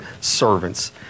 servants